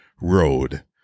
road